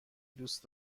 دوست